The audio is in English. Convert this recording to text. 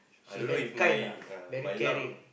she's very kind lah very caring